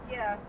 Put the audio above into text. Yes